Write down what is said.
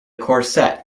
corset